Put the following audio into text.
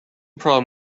problem